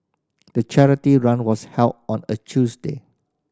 the charity run was held on a Tuesday